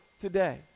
today